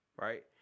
Right